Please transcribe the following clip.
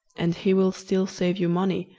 and he will still save you money,